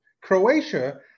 Croatia